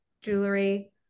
jewelry